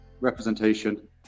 representation